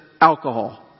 alcohol